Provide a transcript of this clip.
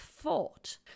Thought